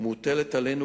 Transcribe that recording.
מוטלת עלינו,